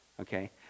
okay